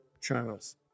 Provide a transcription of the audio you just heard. channels